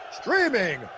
streaming